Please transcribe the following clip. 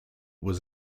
was